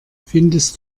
findest